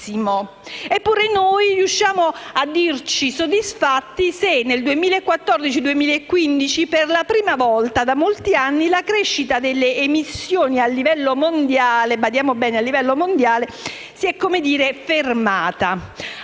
Eppure, noi riusciamo a dirci soddisfatti se nel 2014 e 2015, per la prima volta da molti anni, la crescita delle emissioni a livello mondiale - badiamo